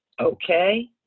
okay